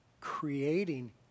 creating